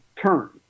turn